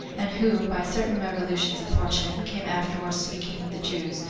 and who, by certain revolutions of fortune, came afterward to be king of the jews,